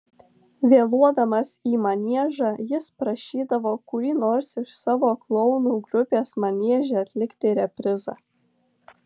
vėluodamas į maniežą jis prašydavo kurį nors iš savo klounų grupės manieže atlikti reprizą